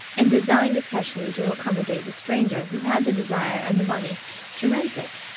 and designed especially to accommodate the stranger who had the desire and the money to rent it.